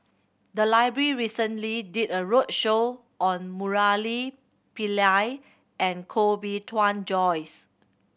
the library recently did a roadshow on Murali Pillai and Koh Bee Tuan Joyce